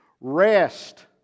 Rest